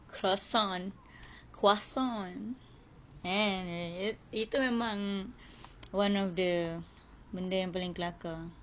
croissant croissant itu memang one of the benda yang paling kelakar